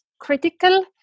critical